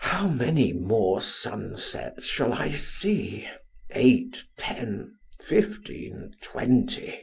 how many more sunsets shall i see eight ten fifteen twenty